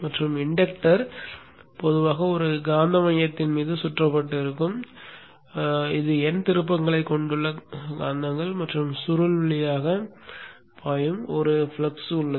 மற்றும் இண்டக்டர் பொதுவாக ஒரு காந்த மையத்தின் மீது சுற்றப்பட்டிருக்கும் இதில் N திருப்பங்களைக் கொண்டுள்ள காந்தங்கள் மற்றும் சுருள் வழியாக பாயும் ஒரு ஃப்ளக்ஸ் உள்ளது